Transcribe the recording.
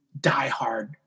diehard